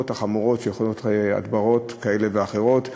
החמורות שיכולות להיות להדברות כאלה ואחרות.